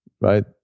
right